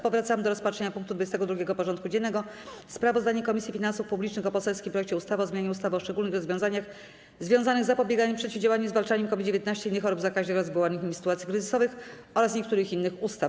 Powracamy do rozpatrzenia punktu 22. porządku dziennego: Sprawozdanie Komisji Finansów Publicznych o poselskim projekcie ustawy o zmianie ustawy o szczególnych rozwiązaniach związanych z zapobieganiem, przeciwdziałaniem i zwalczaniem COVID-19, innych chorób zakaźnych oraz wywołanych nimi sytuacji kryzysowych oraz niektórych innych ustaw.